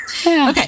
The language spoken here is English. okay